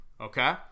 Okay